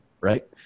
Right